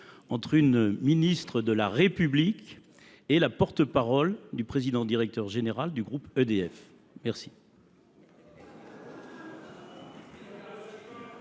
entre une ministre de la République et la porte parole du président directeur général du groupe EDF ?